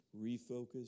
Refocus